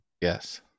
Yes